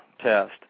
test